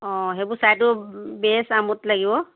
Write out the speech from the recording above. অঁ সেইবোৰ চাইটো বেছ আমোদ লাগিব